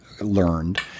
learned